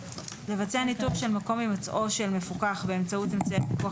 לבצע ניטור של מקום הימצאו של מפוקח באמצעות אמצעי הפיקוח